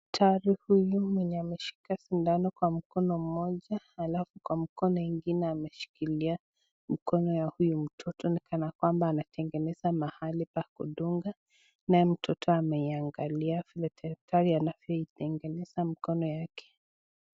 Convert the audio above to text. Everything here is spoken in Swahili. Taarufu huyu mwenye ameshika sindano kwa mkono moja, alafu kwa mkono ingine ameshikilia mkono ya huyu mtoto nikana kwamba anatengeneza mahali pa kudunga, naye mtoto ameiangalia vile daktari anatengeneza mkono yake.